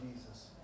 Jesus